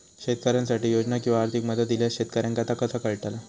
शेतकऱ्यांसाठी योजना किंवा आर्थिक मदत इल्यास शेतकऱ्यांका ता कसा कळतला?